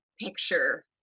picture